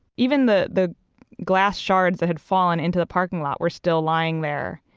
even the the glass shards that had fallen into the parking lot was still lying there.